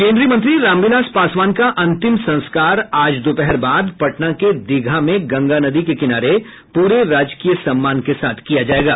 केन्द्रीय मंत्री रामविलास पासवान का अंतिम संस्कार आज दोपहर बाद पटना के दीघा में गंगा नदी के किनारे पूरे राजकीय सम्मान के साथ किया जाएगा